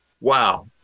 wow